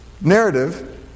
narrative